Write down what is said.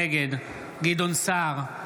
נגד גדעון סער,